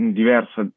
diversa